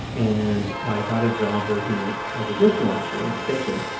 and i got a job working as a dishwasher in the kitchen.